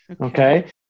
Okay